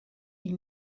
est